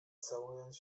całując